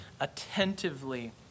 attentively